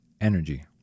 energy